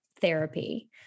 therapy